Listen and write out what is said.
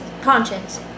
Conscience